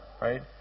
right